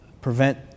prevent